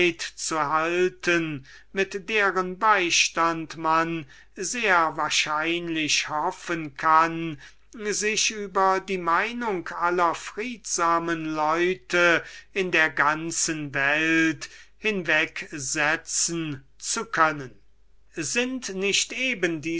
zu halten mit deren beistand man sehr wahrscheinlich hoffen kann sich über die meinung aller friedsamen leute in der ganzen welt hinwegsetzen zu können sind nicht eben